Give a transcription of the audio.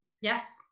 yes